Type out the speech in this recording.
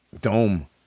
dome